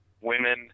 women